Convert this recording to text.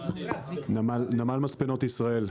נמל מספנות ישראל.